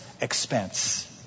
expense